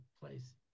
place